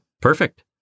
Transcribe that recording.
Perfect